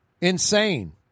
Insane